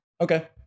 Okay